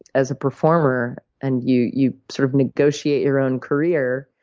as a performer, and you you sort of negotiate your own career,